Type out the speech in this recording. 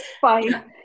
fine